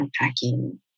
unpacking